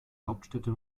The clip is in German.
hauptstädte